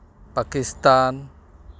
Pakistan